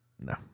no